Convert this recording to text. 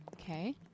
Okay